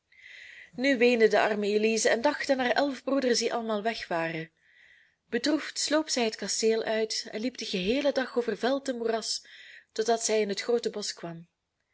nu weende de arme elize en dacht aan haar elf broeders die allemaal weg waren bedroefd sloop zij het kasteel uit en liep den geheelen dag over veld en moeras totdat zij in het groote bosch kwam